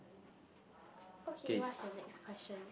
okay what's the next question